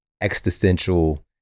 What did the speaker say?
existential